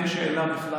אין שאלה בכלל